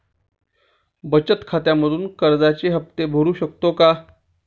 बचत खात्यामधून कर्जाचे हफ्ते भरू शकतो का?